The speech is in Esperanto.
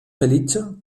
feliĉa